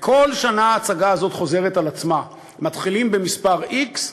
וכל שנה ההצגה הזאת חוזרת על עצמה: מתחילים במספר x,